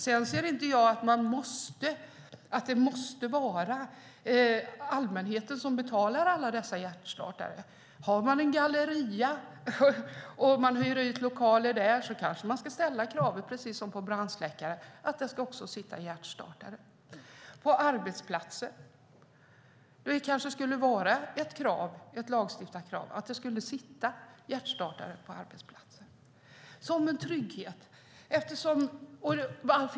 Sedan säger inte jag att det måste vara allmänheten som betalar alla dessa hjärtstartare. Om någon har en galleria och hyr ut lokaler i den kanske man ska ställa samma krav som för brandsläckare - att det ska sitta också en hjärtstartare där. På arbetsplatser borde det kanske vara ett lagstiftat krav att det skulle finnas hjärtstartare som en trygghet.